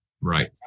Right